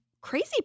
crazy